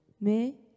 Mais